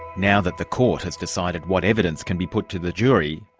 now that the court has decided what evidence can be put to the jury,